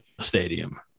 Stadium